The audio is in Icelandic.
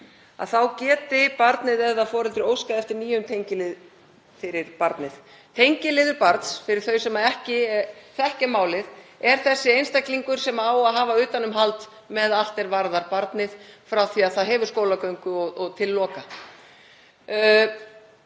geti barnið eða foreldri óskað eftir nýjum tengilið fyrir barnið. Tengiliður barns, fyrir þau sem ekki þekkja málið, er sá einstaklingur sem á að hafa utanumhald með allt er varðar barnið frá því að það hefur skólagöngu og til loka.